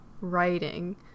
writing